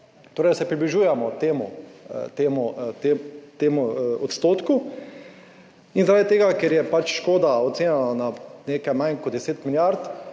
torej se približujemo temu odstotku. In zaradi tega, ker je škoda ocenjena na nekaj manj kot 10 milijard